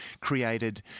created